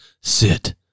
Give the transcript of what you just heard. Sit